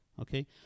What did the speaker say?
okay